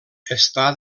està